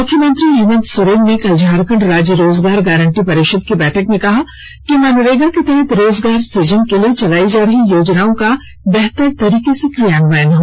मुख्यमंत्री हेमन्त सोरेन ने कल झारखंड राज्य रोजगार गारंटी परिषद की बैठक में कहा कि मनरेगा के तहत रोजगार सुजन के लिए चलाई जा रही योजनाओं का बेहतर तरीके से क्रियान्वयन हो